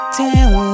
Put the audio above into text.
tell